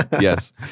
yes